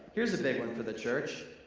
here's a big one for the church.